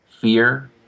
fear